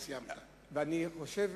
אני חושב